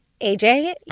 AJ